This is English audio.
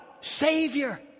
savior